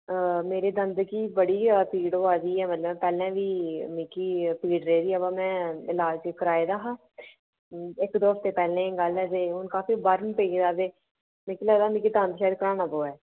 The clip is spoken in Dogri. मेरे दंद गी बड़ी ज्यादा पीड़ होआ दी इयां मतलब पैह्लें मिकी पीड़ रेह् दी ऐ वा में इलाज कराए दा हा इक दौं हफ्ते पैह्लें गल्ल ऐ ते हुन काफी बरम पेई गेदा ते मिकी लगदा मिकी दंद शायद कढाना पवै